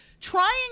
trying